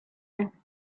you